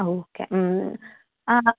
ആ ഓക്കെ അ